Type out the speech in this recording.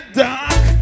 dark